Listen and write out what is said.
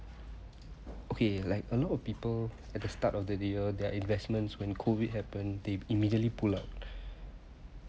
okay like a lot of people at the start of the year their investments when COVID happen they immediately pull out